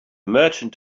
merchant